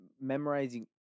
memorizing